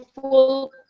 full